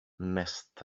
nest